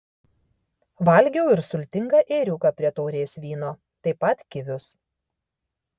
valgiau ir sultingą ėriuką prie taurės vyno taip pat kivius